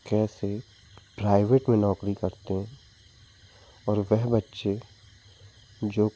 कैसे प्राइवेट में नौकरी करते हैं और वह बच्चे जो